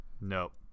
Nope